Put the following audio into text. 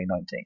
2019